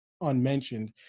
unmentioned